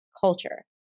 culture